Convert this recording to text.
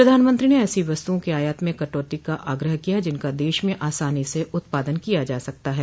प्रधानमंत्री ने ऐसी वस्तुओं के आयात में कटौती का आग्रह किया जिनका देश में आसानी से उत्पादन किया जा सकता है